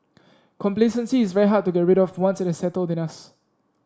complacency is very hard to get rid of once it has settled in us